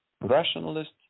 rationalist